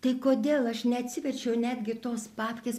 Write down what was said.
tai kodėl aš neatsiverčiau netgi tos papkės